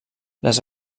les